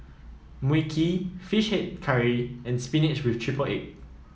Mui Kee fish head curry and spinach with triple egg